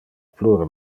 plure